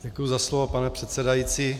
Děkuji za slovo, pane předsedající.